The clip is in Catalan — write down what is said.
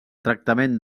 tractament